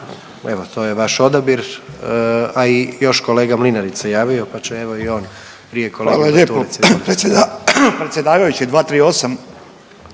evo to je vaš odabir, a i još kolega Mlinarić se javio, pa će evo i on prije kolege Bartulice…/Govornik se ne razumije/….